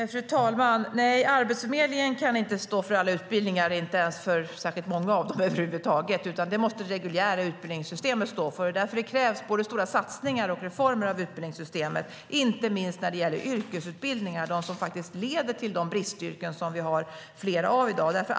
Fru talman! Nej, Arbetsförmedlingen kan inte stå för alla utbildningar, inte för särskilt många över huvud taget. Det måste det reguljära utbildningssystemet stå för. Därför krävs det både stora satsningar på och reformer av utbildningssystemet, inte minst när det gäller yrkesutbildningar - de som faktiskt leder till de bristyrken som vi har flera av i dag.